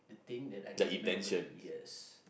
thing that I can remember yes